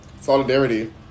Solidarity